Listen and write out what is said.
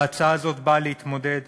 וההצעה הזו באה להתמודד